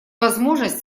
возможность